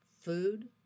food